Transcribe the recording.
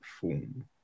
form